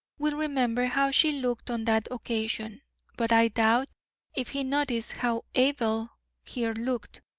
will remember how she looked on that occasion but i doubt if he noticed how abel here looked,